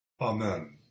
Amen